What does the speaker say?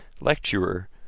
lecturer